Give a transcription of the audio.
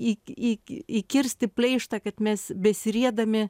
ik ik ik įkirsti pleištą kad mes besiriedami